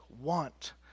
want